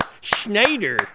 Schneider